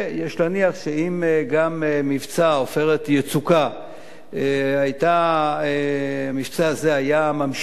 יש להניח שאם גם מבצע "עופרת יצוקה" המבצע הזה היה ממשיך